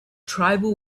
tribal